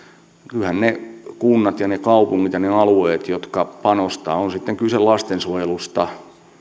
kyllähän ne kunnat ja ne kaupungit ja ne alueet jotka panostavat pärjäävät on sitten kyse lastensuojelusta